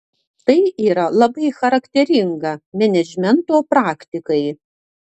tai yra labai charakteringa menedžmento praktikai